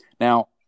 Now